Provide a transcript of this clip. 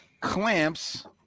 Clamps